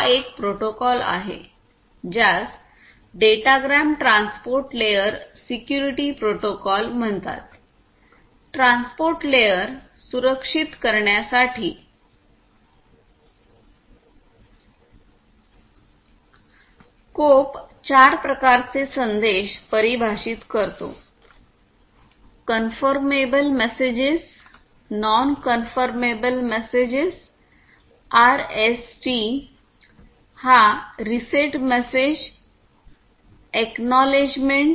हा एक प्रोटोकॉल आहे ज्यास datagram transport layer security protocol म्हणतात ट्रान्सपोर्ट लेयर सुरक्षित करण्यासाठी कोप चार प्रकारचे संदेश परिभाषित करतो confirmable message non confirmable message RST हा रीसेट मेसेज एकनॉलेजमेंट